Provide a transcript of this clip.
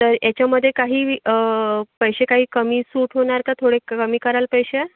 तर याच्यामध्ये काही वि पैसे काही कमी सूट होणार का थोडे कमी कराल पैसे